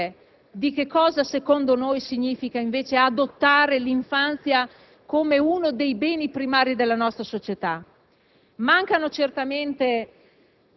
anche esemplificative di che cosa secondo noi significa, invece, adottare l'infanzia come uno dei beni primari della nostra società.